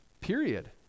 period